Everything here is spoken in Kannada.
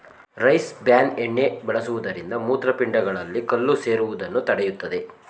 ರೈಸ್ ಬ್ರ್ಯಾನ್ ಎಣ್ಣೆ ಬಳಸುವುದರಿಂದ ಮೂತ್ರಪಿಂಡಗಳಲ್ಲಿ ಕಲ್ಲು ಸೇರುವುದನ್ನು ತಡೆಯುತ್ತದೆ